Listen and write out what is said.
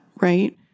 right